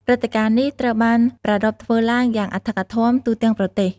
ព្រឹត្តិការណ៍នេះត្រូវបានប្រារព្ធធ្វើឡើងយ៉ាងអធិកអធមទូទាំងប្រទេស។